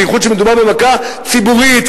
בייחוד שמדובר במכה ציבורית,